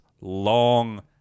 long